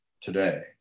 today